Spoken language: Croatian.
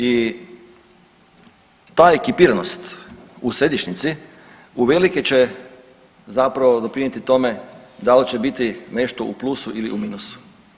I ta ekipiranost u središnjici uvelike će zapravo doprinijeti tome da li će biti nešto u plusu ili u minusu.